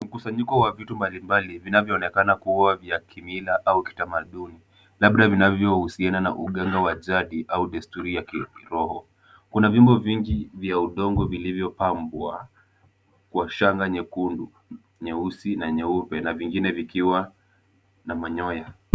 Mkusanyiko wa vitu mbalimbali vinavyoonekana kuwa vya kimila au kitamaduni. Labda vinavyohusiana na uganga wa jadi au desturi ya kiroho. Kuna vyombo vingi vya udongo vilivyopambwa kwa shanga nyekundu, nyeusi na nyeupe na vingine vikiwa na manyoya.